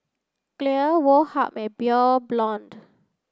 Clear Woh Hup and Pure Blonde